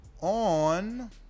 on